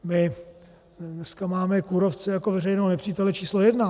My dneska máme kůrovce jako veřejného nepřítele číslo jedna.